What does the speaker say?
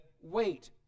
wait